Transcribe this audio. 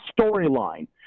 storyline